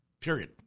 Period